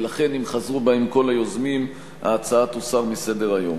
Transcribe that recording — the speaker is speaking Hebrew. ולכן אם חזרו בהם כל היוזמים תוסר ההצעה מסדר-היום.